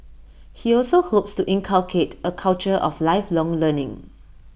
he also hopes to inculcate A culture of lifelong learning